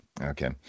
Okay